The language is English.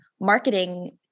marketing